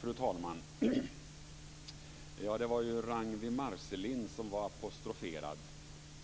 Fru talman! Det var Ragnwi Marcelind som var apostroferad.